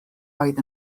oedd